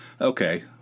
Okay